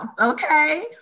okay